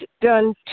done